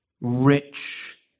rich